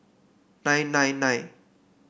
nine nine nine